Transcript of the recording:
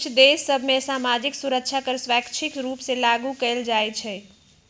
कुछ देश सभ में सामाजिक सुरक्षा कर स्वैच्छिक रूप से लागू कएल जाइ छइ